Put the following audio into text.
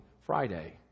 friday